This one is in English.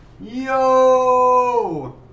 Yo